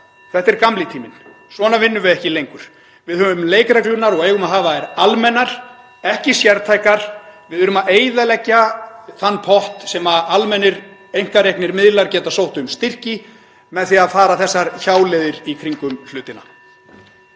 Þetta er gamli tíminn. Svona vinnum við ekki lengur. Við höfum leikreglurnar og eigum að hafa þær almennar, ekki sértækar. Við erum að eyðileggja þann pott þar sem almennir einkareknir miðlar geta sótt um styrki með því að fara þessar hjáleiðir í kringum hlutina.